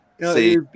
see